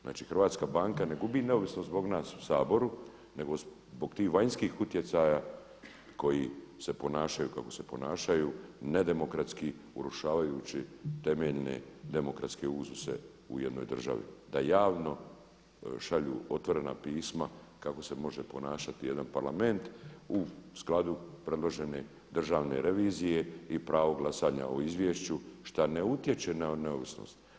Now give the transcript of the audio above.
Znači hrvatska banka ne gubi neovisnost zbog nas u Saboru nego zbog tih vanjskih utjecaja koji se ponašaju kako se ponašaju nedemokratski urušavajući temeljne demokratske uzuse u jednoj državi da javno šalju otvorena pisma kako se može ponašati jedan Parlament u skladu predložene državne revizije i pravo glasanja o izvješću šta ne utječe na neovisnost.